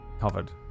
covered